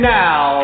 now